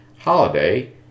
holiday